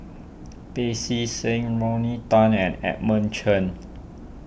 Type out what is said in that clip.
Pancy Seng Rodney Tan and Edmund Chen